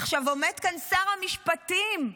עומד כאן שר המשפטים,